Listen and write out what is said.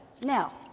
Now